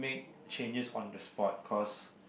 changes on the spot cause